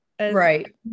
right